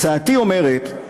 אומרת: